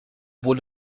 wohl